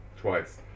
twice